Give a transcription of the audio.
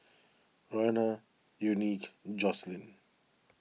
Roena Unique Joselyn